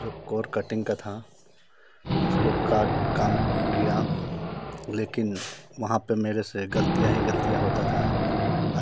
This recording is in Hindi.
जो कोट कटिंग का था उसको का काम किया लेकिन वहाँ पर मेरे से गलतियाँ ही गलतियाँ हाेता था